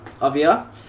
Avia